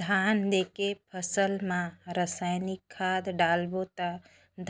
धान देंके फसल मा रसायनिक खाद डालबो ता